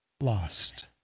lost